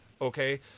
okay